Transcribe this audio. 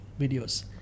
videos